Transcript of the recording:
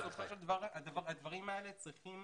בסופו של דבר, הדברים האלה צריכים